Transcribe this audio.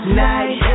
night